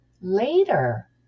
Later